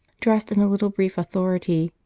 dressed in a little brief authority,